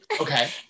okay